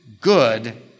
good